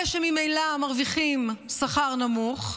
אלה שממילא מרוויחים שכר נמוך,